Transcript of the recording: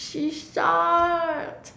she shot